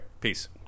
Peace